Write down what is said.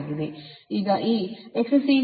ಈಗ ಈ XC ಸಹ ಇದೆ ಏಕೆಂದರೆ ಅದು IXC ಆಗಿರುತ್ತದೆ